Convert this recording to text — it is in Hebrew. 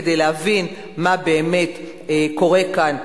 כדי להבין מה באמת קורה כאן,